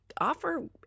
offer